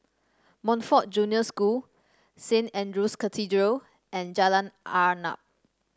Montfort Junior School Saint Andrew's Cathedral and Jalan Arnap